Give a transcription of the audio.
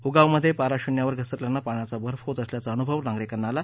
उगावमध्ये पारा शून्यावर घसरल्यानं पाण्याचा बर्फ होत असल्याचा अनुभव नागरिकांना आला